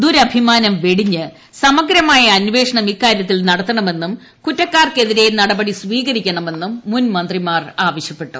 ദുരഭിമാനം വെടിഞ്ഞ് സമഗ്രമായ അന്വേഷണം ഇക്കാര്യത്തിൽ നടത്തണമെന്നും കുറ്റക്കാർക്കെതിരേ നടപടി സ്വീകരിക്കണമെന്നും മുൻ മന്ത്രിമാർ ആവശ്യപ്പെട്ടു